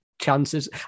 chances